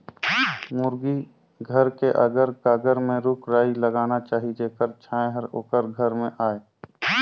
मुरगी घर के अगर कगर में रूख राई लगाना चाही जेखर छांए हर ओखर घर में आय